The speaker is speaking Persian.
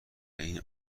این